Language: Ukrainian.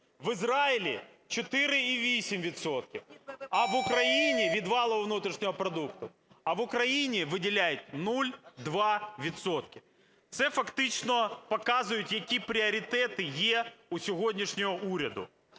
в Ізраїлі – 4,8 відсотка, а в Україні… Від валового внутрішнього продукту. А в Україні виділяють 0,2 відсотка. Це, фактично, показують, які пріоритети є у сьогоднішнього уряду.